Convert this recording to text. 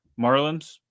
Marlins